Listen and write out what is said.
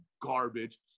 garbage